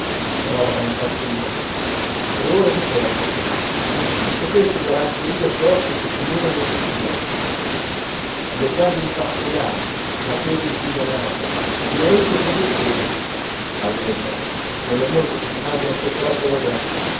roba da impazzire tre ore di fermo con tutte queste galanterie addosso che ti levano il respiro le gambe impastojate la coda imprigionata le orecchie tra due fori allegro con le mosche che ti mangiano sotto la coda